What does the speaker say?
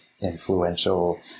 influential